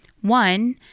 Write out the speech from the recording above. One